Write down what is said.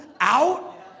out